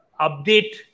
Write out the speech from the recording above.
update